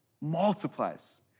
multiplies